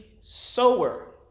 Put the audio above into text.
sower